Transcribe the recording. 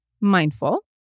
mindful